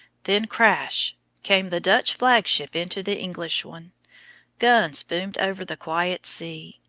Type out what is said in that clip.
then crash came the dutch flagship into the english one guns boomed over the quiet sea.